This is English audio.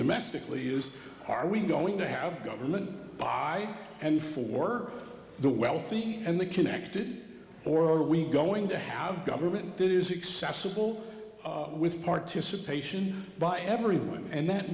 domestically use are we going to have government by and for the wealthy and the connected or are we going to have government that is excessive all with participation by everyone and that